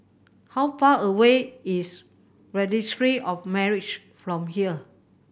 how far away is Registry of Marriages from here